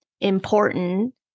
important